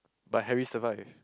but Harry survived